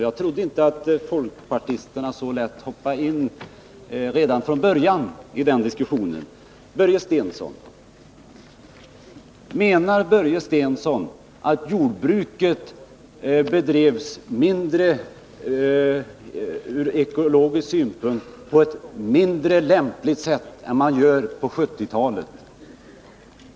Jag trodde inte att folkpartisterna så lätt hoppade in i den diskussionen med så snäva utgångspunkter redan från början. Menar Börje Stensson verkligen att jordbruket ur ekologisk synpunkt tidigare bedrevs på ett mindre lämpligt sätt än vad som nu sker?